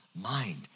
mind